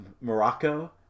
Morocco